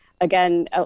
again